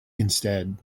instead